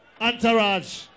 Entourage